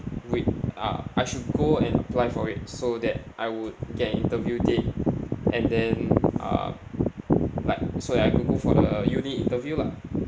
with uh I should go and apply for it so that I would get an interview date and then uh like so that I can go for the uni interview lah